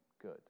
Good